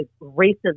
racism